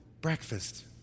breakfast